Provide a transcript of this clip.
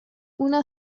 una